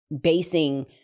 basing